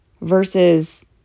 versus